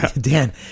Dan